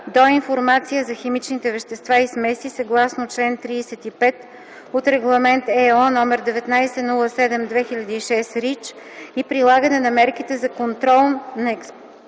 до информация за химичните вещества и смеси съгласно чл. 35 от Регламент (ЕО) № 1907/2006 (REACH) и прилагане на мерките за контрол на